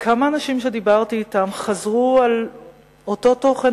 כמה אנשים שדיברתי אתם חזרו על אותו תוכן,